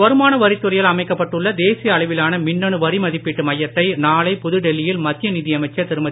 வருமான வரித்துறையால் அமைக்கப்பட்டுள்ள தேசிய அளவிலான மின்னணு வரி மதிப்பீட்டு மையத்தை நாளை புதுடெல்லியில் மத்திய நிதியமைச்சர் திருமதி